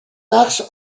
نقش